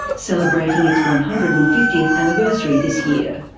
celebrating its one hundred and fiftieth anniversary this year.